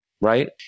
right